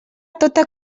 tota